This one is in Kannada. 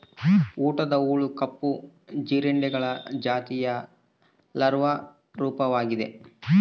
ಊಟದ ಹುಳು ಕಪ್ಪು ಜೀರುಂಡೆಗಳ ಜಾತಿಯ ಲಾರ್ವಾ ರೂಪವಾಗಿದೆ